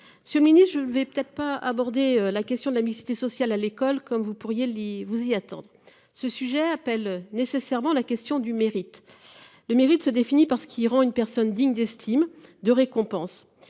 Ce mini-. Je ne vais pas abordé la question de la mixité sociale à l'école comme vous pourriez les vous y attendent ce sujet appelle nécessairement la question du mérite. Le mérite se par ce qui rend une personne digne d'estime de récompenses